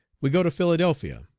we go to philadelphia.